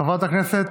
חברת הכנסת,